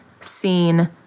seen